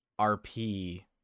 rp